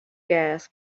gas